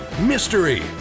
mystery